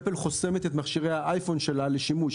"אפל" חוסמת את מכשירי האייפון שלה משימוש.